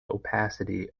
opacity